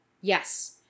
Yes